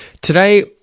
Today